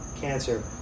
Cancer